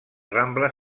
rambla